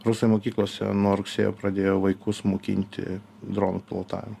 rusai mokyklose nuo rugsėjo pradėjo vaikus mokinti dronų pilotavimo